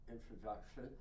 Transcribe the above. introduction